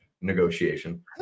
negotiation